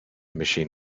machine